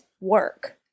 work